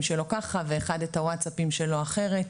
שלו ככה ואת הווטאסאפים שלו אחרת.